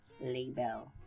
label